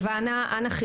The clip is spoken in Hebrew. גם את